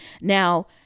Now